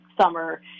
summer